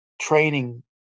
training